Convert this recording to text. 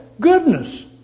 goodness